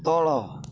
ତଳ